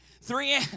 Three